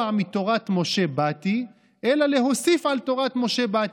מתורת משה באתי אלא להוסיף על תורת משה באתי.